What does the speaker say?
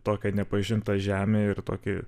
tokią nepažintą žemę ir tokį